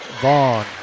Vaughn